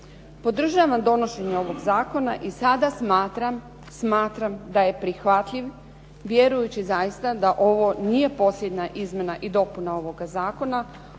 Podržavam donošenje ovog zakona i sada smatram da je prihvatljiv vjerujući zaista da ovo nije posljednja izmjena i dopuna ovoga zakona